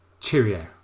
cheerio